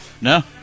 No